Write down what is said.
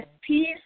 peace